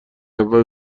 اول